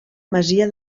masia